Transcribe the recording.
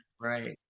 Right